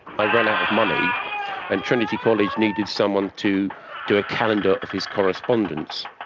i ran out of money and trinity college needed someone to do a calendar of his correspondence,